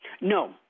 No